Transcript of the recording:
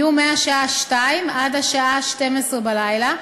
יהיו מ-14:00 עד 24:00,